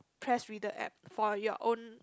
press reader app for your own